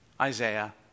Isaiah